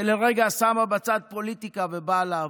שלרגע שמה בצד פוליטיקה ובאה לעבוד.